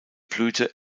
blüte